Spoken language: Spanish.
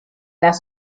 las